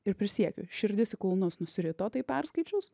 ir prisiekiu širdis į kulnus nusirito tai perskaičius